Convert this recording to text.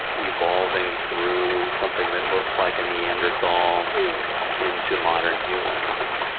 evolving through something that looks like a neanderthal into modern humans.